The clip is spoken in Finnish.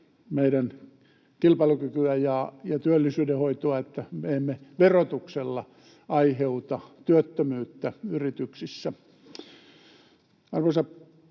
meidän kilpailukykyä ja työllisyydenhoitoa, että me emme verotuksella aiheuta työttömyyttä yrityksissä.